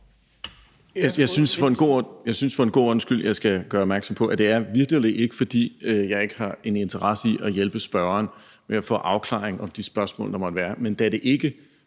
Jeg synes, at jeg for god ordens skyld skal gøre opmærksom på, at det vitterlig ikke er, fordi jeg ikke har en interesse i at hjælpe spørgeren med at få en afklaring på de spørgsmål, der måtte være.